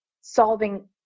solving